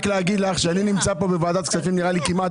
רק לומר לך שאני נמצא פה בוועדת כספים נראה לי כמעט